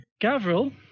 Gavril